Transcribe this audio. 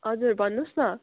हजुर भन्नुहोस् न